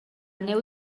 neu